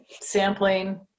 sampling